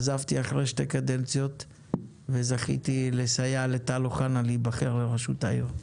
עזבתי אחרי שתי קדנציות וזכיתי לסייע לטל אוחנה להיבחר לראשות העיר.